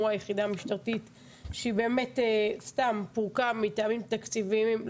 כמו היחידה המשטרתית שהיא באמת סתם פורקה מטעמים תקציביים.